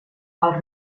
als